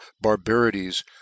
barbarities